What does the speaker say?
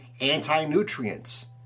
anti-nutrients